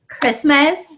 Christmas